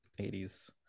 80s